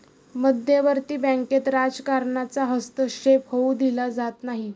मध्यवर्ती बँकेत राजकारणाचा हस्तक्षेप होऊ दिला जात नाही